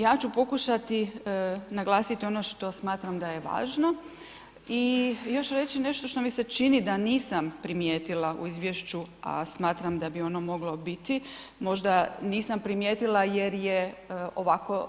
Ja ću pokušati naglasiti ono što smatram da je važno i još reći nešto što mi se čini da nisam primijetila u izvješću, a smatram da bi ono moglo biti, možda nisam primijetila jer je ovako